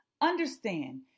Understand